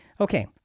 Okay